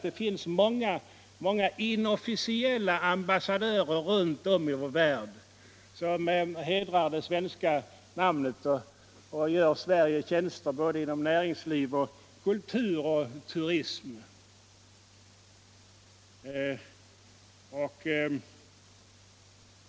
Det finns många inofficiella ambassadörer runt om i vår värld som hedrar det svenska namnet och gör Sverige stora tjänster inom näringsliv, kultur och turism.